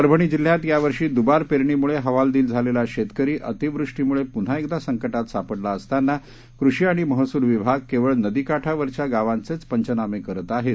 परभणीजिल्ह्यातयावर्षीद्बारपेरणीम्ळेहवालदिलझालेलाशेतकरीअतिवृष्टीम्ळेप्न्हाएकदा संकटातसापडलाअसतानाकृषीआणिमहसूलविभागकेवळनदीकाठावरच्यागावांचेचपंचनामे करतआहेत